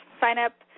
sign-up